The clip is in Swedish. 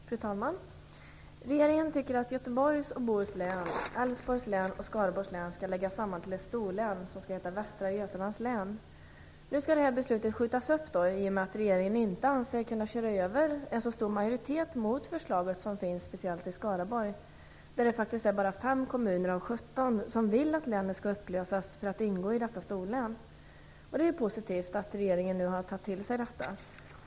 Fru talman! Regeringen anser att Göteborgs och Bohus län, Älvsborgs län samt Skaraborgs län skall läggas samman till ett storlän som skall heta Västra Nu skall beslutet skjutas upp i och med att regeringen inte anser sig kunna köra över en så stor majoritet mot förslaget som finns speciellt i Skaraborg, där det faktiskt bara är fem kommuner av 17 som vill att länet skall upplösas för att ingå i detta storlän. Och det är ju positivt att regeringen nu har tagit till sig detta.